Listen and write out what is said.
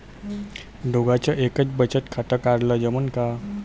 दोघाच एकच बचत खातं काढाले जमनं का?